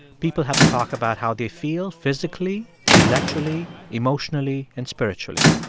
people have to talk about how they feel physically, intellectually, emotionally and spiritually.